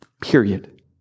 Period